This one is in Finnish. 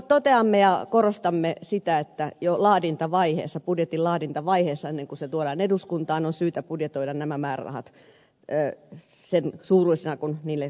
toteamme ja korostamme sitä että jo budjetin laadintavaiheessa ennen kuin se tuodaan eduskuntaan on syytä budjetoida nämä määrärahat sen suuruisina kuin niille kuuluu